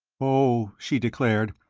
oh, she declared,